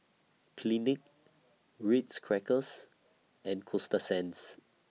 Clinique Ritz Crackers and Coasta Sands